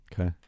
Okay